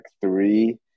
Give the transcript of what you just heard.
three –